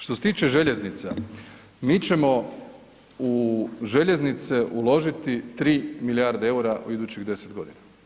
Što se tiče željeznica, mi ćemo u željeznice uložiti 3 milijarde EUR-a u idućih 10 godina.